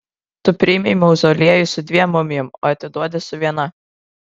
tu priėmei mauzoliejų su dviem mumijom o atiduodi su viena